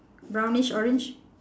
brownish orange